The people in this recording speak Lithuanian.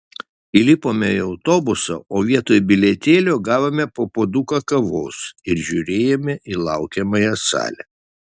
įlipome į autobusą o vietoj bilietėlio gavome po puoduką kavos ir žiūrėjome į laukiamąją salę